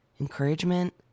Encouragement